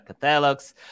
catalogs